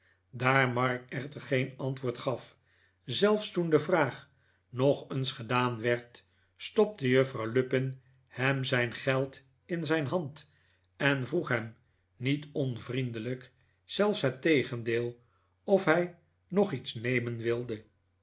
daar mark echter geen antwoord gaf zelfs toen de vraag nog eens gedaan werd stopte juffrouw lupin hem zijn geld in zijn hand en vroeg hem niet onvriendelijk zelfs het tegendeel of hij nog iets nemen wilde